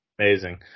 Amazing